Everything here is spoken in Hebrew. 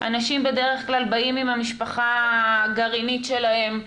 אנשים בדרך כלל באים עם המשפחה הגרעינית שלהם,